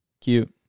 cute